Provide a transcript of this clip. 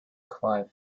clive